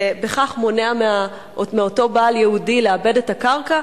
ובכך נמנע מאותו בעלים יהודי לעבד את הקרקע.